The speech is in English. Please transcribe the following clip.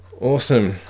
Awesome